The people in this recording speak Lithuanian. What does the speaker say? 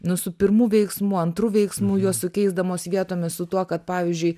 nu su pirmu veiksmu antru veiksmu juos sukeisdamos vietomis su tuo kad pavyzdžiui